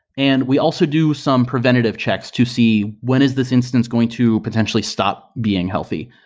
and we also do some preventative checks to see when is this instance going to potentially stop being healthy.